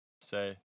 say